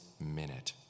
minute